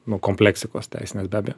nu kompleksikos teisinės be abejo